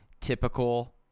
typical